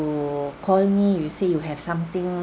call me you say you have something